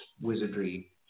wizardry